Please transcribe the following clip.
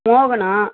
மோகனா